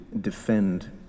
defend